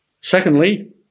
Secondly